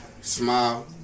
smile